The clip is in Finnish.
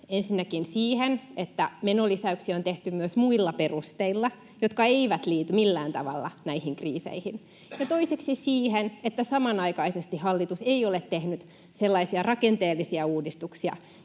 ensinnäkin siihen, että menolisäyksiä on tehty myös muilla perusteilla, jotka eivät liity millään tavalla näihin kriiseihin, ja toiseksi siihen, että samanaikaisesti hallitus ei ole tehnyt sellaisia rakenteellisia uudistuksia,